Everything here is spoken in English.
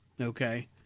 okay